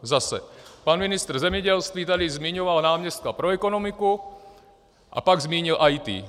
Zase, pan ministr zemědělství tady zmiňoval náměstka pro ekonomiku a pak zmínil IT.